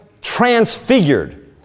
transfigured